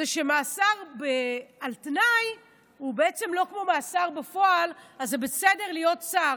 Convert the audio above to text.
שמאסר על תנאי הוא בעצם לא כמו מאסר בפועל אז זה בסדר להיות שר,